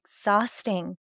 exhausting